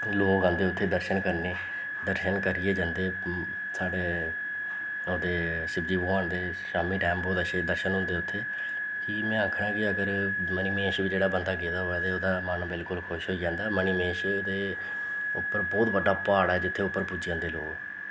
लोग औंदे उत्थें दर्शन करने गी दर्शन करियै जंदे साढ़े ओह्दे शिवजी भगवान दे शाम्मीं टैम बोह्त अच्छे दर्शन होंदे उत्थें कि में आखना कि अगर मनी महेश जेह्ड़ा बंदा गेदा होऐ ते ओह्दा मन बिलकुल खुश होई जंदा मनी महेश दे उप्पर बोह्त बड्डा प्हाड़ ऐ जित्थें उप्पर पुज्जी जंदे लोग